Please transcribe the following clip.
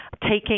Taking